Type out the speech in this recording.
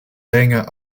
länger